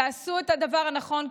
תעשו את הדבר הנכון,